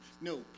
No